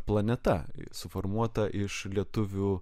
planeta suformuota iš lietuvių